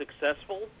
successful